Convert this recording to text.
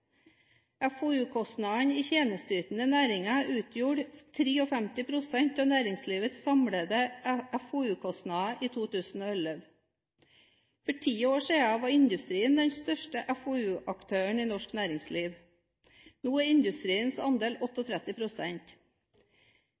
i tjenesteytende næringer utgjorde 53 pst. av næringslivets samlede FoU-kostnader i 2011. For ti år siden var industrien den største FoU-aktøren i norsk næringsliv. Nå er industriens andel